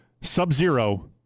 sub-zero